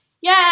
Yay